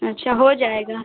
अच्छा हो जाएगा